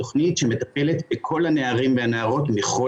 זו תכנית שמטפלת בכל הנערים והנערות מכל